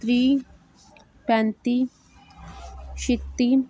त्रीह पैंत्ती छित्ती